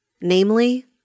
namely